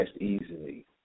easily